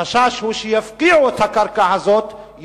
החשש הוא שיפקיעו את הקרקע הזאת,